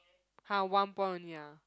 !huh! one point only ah